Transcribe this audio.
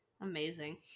Amazing